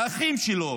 מאחים שלו,